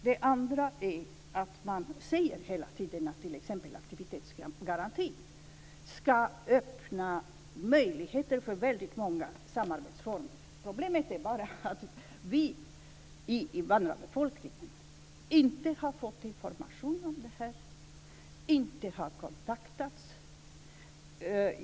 Det andra är att man hela tiden säger att t.ex. aktivitetsgarantin ska öppna möjligheter för många samarbetsformer. Problemet är bara att vi i invandrarbefolkningen inte har fått information om det här, inte har kontaktats.